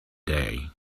day